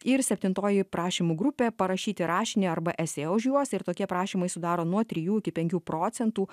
ir septintoji prašymų grupė parašyti rašinį arba esė už juos ir tokie prašymai sudaro nuo trijų iki penkių procentų